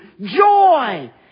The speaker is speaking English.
Joy